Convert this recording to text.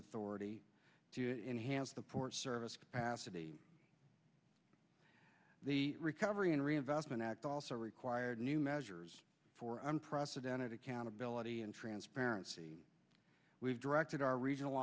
authority to enhance the port service capacity the recovery and reinvestment act also required new measures for unprecedented accountability and transparency we've directed our regional